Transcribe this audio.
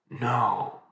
No